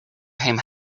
him